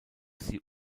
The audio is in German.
sie